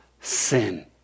sin